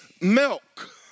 milk